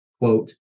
quote